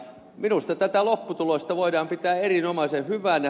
minusta tätä lopputulosta voidaan pitää erinomaisen hyvänä